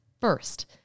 first